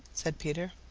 said peter.